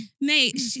mate